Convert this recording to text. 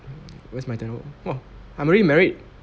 when's my turn oh !wah! I'm already married